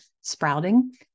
sprouting